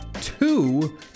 two